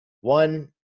one